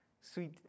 Sweet